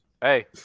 Hey